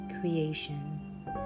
creation